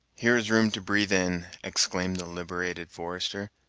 here is room to breathe in! exclaimed the liberated forester,